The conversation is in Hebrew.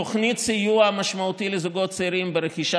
תוכנית סיוע משמעותית לזוגות צעירים ברכישת